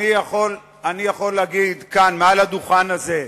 אדוני, אני יכול להגיד כאן, מעל הדוכן הזה: